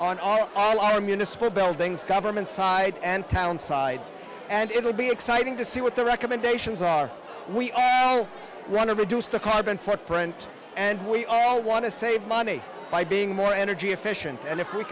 on all of our municipal buildings government side and town side and it will be exciting to see what the recommendations are we run to reduce the carbon footprint and we all want to save money by being more energy efficient and if we